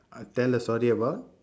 I tell a story about